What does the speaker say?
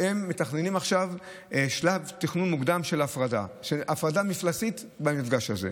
שמתכננת עכשיו בשלב תכנון מוקדם הפרדה מפלסית במפגש הזה.